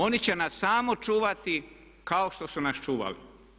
Oni će nas samo čuvati kao što su nas čuvali.